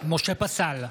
משה פסל,